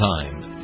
time